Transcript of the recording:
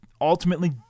ultimately